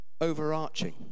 overarching